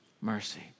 mercy